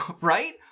Right